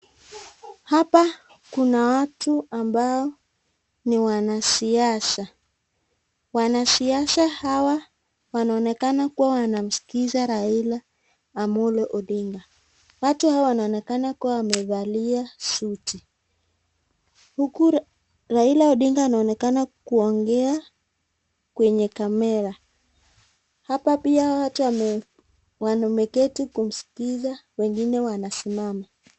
Hapa kuna watu ambao ni wanasiasa. Wanasiasa hawa wanaonekana kuwa wanamsikiza Raila Omollo Odinga. Watu hawa wanaonekana kuwa wamevalia suti. Huku Raila Odinga anaonekana kuwa kuongea kwenye kamera. Hapa pia watu wameketi kumsikiza wengine wanasimama.